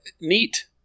Neat